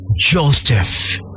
Joseph